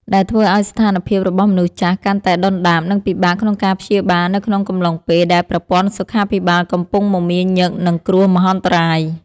ដែលធ្វើឱ្យស្ថានភាពរបស់មនុស្សចាស់កាន់តែដុនដាប និងពិបាកក្នុងការព្យាបាលនៅក្នុងកំឡុងពេលដែលប្រព័ន្ធសុខាភិបាលកំពុងមមាញឹកនឹងគ្រោះមហន្តរាយ។